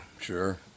sure